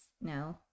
no